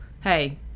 hey